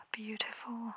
beautiful